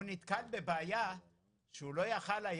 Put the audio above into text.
הוא נתקל בבעיה שהוא לא יכול היה